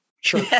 Sure